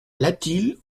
latil